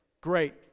great